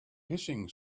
hissing